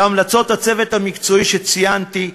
המלצות הצוות המקצועי שציינתי,